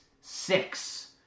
six